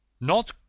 Not